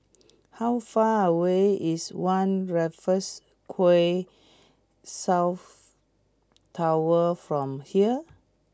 how far away is One Raffles Quay South Tower from here